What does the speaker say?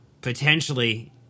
potentially